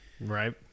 Right